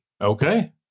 Okay